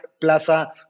Plaza